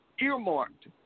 earmarked